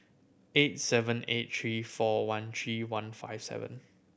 eight seven eight three four one three one five seven